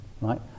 right